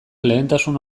lehentasun